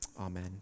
amen